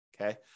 Okay